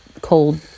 cold